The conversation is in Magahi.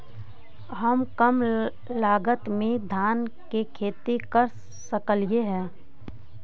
हम कम लागत में धान के खेती कर सकहिय?